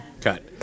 cut